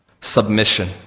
Submission